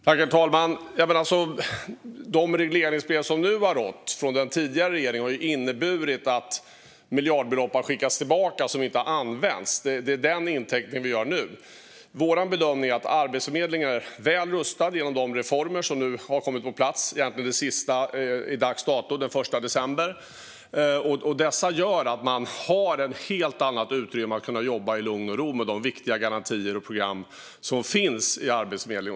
Herr talman! De regleringsbrev som nu har funnits, från den tidigare regeringen, har inneburit att miljardbelopp som inte har använts har skickats tillbaka. Det är den intäkten vi har nu. Vår bedömning är att Arbetsförmedlingen är väl rustad genom de reformer som nu har kommit på plats, den sista i dag, den 1 december. Dessa gör att man har ett helt annat utrymme för att kunna jobba i lugn och ro med de viktiga garantier och program som finns i Arbetsförmedlingen.